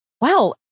wow